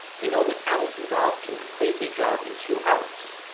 you know that alice and bob can complete a job in two hours,